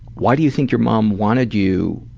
why do you think your mom wanted you?